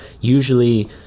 Usually